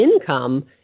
income